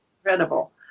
incredible